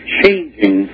changing